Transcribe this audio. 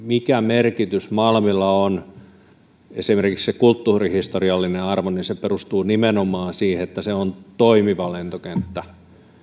mikä merkitys malmilla on esimerkiksi kulttuurihistoriallinen arvo niin se perustuu nimenomaan siihen että se on toimiva lentokenttä